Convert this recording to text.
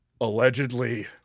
allegedly